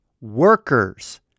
workers